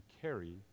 carry